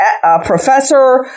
professor